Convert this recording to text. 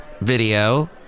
video